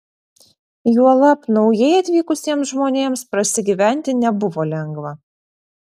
juolab naujai atvykusiems žmonėms prasigyventi nebuvo lengva